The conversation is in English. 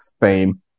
fame